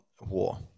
war